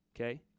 Okay